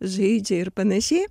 žaidžia ir panašiai